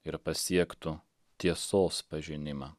ir pasiektų tiesos pažinimą